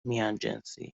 میانجنسی